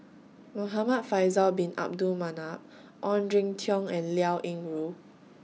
Muhamad Faisal Bin Abdul Manap Ong Jin Teong and Liao Yingru